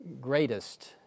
greatest